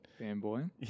Fanboy